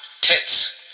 tits